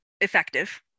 effective